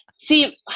See